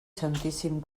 santíssim